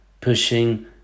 pushing